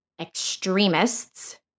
extremists